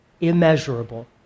immeasurable